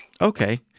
okay